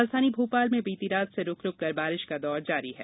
राजधानी भोपाल में बीती रात से रूक रूक कर बारिश का दौर जारी है